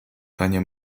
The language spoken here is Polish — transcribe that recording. panie